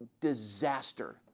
disaster